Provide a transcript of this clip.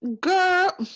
girl